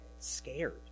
scared